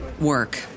work